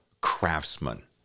craftsman